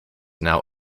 now